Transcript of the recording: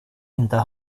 inte